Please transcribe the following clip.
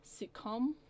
sitcom